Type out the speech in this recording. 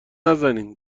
نزنین